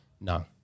No